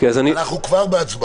אנחנו כבר בהצבעה.